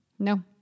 No